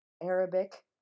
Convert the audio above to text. arabic